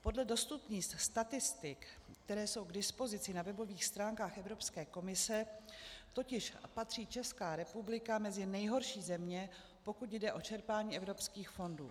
Podle dostupných statistik, které jsou k dispozici na webových stránkách Evropské komise, totiž patří Česká republika mezi nejhorší země, pokud jde o čerpání evropských fondů.